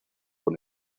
con